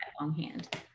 longhand